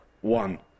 One